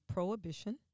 Prohibition